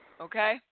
Okay